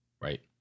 Right